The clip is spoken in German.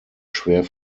schwer